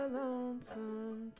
lonesome